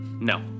No